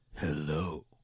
Hello